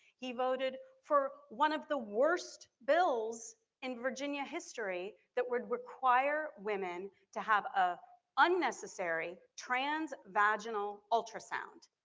he voted for one of the worst bills in virginia history that would require women to have a unnecessary transvaginal ultrasound.